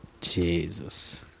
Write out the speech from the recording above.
Jesus